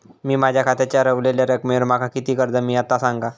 मी माझ्या खात्याच्या ऱ्हवलेल्या रकमेवर माका किती कर्ज मिळात ता सांगा?